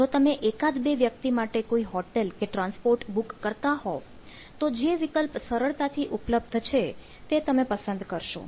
જો તમે એકાદ બે વ્યક્તિ માટે કોઈ હોટલ કે ટ્રાન્સપોર્ટ બુક કરતા હોવ તો જે વિકલ્પ સરળતાથી ઉપલબ્ધ છે તે તમે પસંદ કરશો